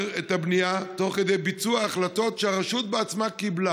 את הבנייה תוך כדי ביצוע החלטות שהרשות בעצמה קיבלה,